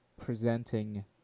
presenting